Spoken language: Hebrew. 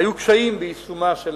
היו קשיים ביישומה של